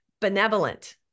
benevolent